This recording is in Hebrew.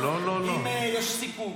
אם יש סיכום.